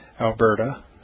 Alberta